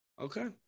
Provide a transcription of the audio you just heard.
Okay